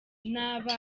ntaba